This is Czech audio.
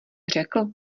řekl